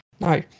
no